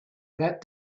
that